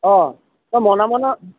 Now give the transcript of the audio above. অঁ মই মনে মনে